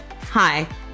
Hi